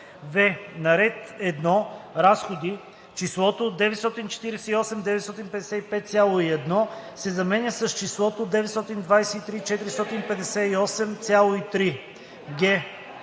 в) На ред „1. Разходи“ числото „948 955,1“ се заменя с числото „923 458,3“.